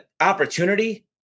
opportunity